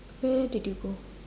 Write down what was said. where did you go